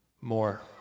more